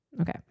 Okay